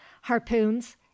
harpoons